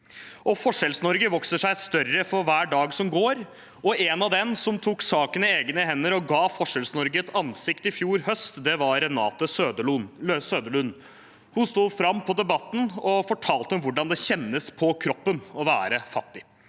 Forskjells-Norge vokser seg større for hver dag som går. En av dem som tok saken i egne hender og ga Forskjells-Norge et ansikt i fjor høst, var Renate Søderlund. Hun sto fram på Debatten og fortalte om hvordan det kjennes på kroppen å være fattig.